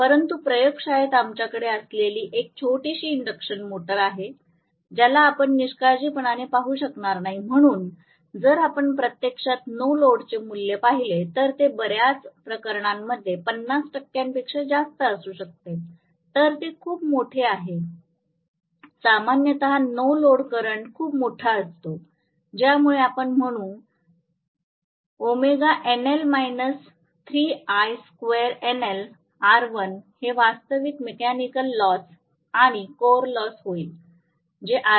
परंतु प्रयोगशाळेत आमच्याकडे असलेली एक छोटीशी इंडक्शन मोटर आहे ज्याला आपण निष्काळजीपणाने पाहू शकणार नाही म्हणून जर आपण प्रत्यक्षात नो लोडचे मूल्य पाहिले तर ते बर्याच प्रकरणांमध्येही 50 टक्क्यांपेक्षा जास्त असू शकते तर ते खूप मोठे आहे सामान्यत नो लोड करंट खूप मोठा असतो ज्यामुळे आपण म्हणू हे वास्तविक मेकॅनिकल लॉस आणि कोर लॉस होईल जे RC